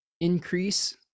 increase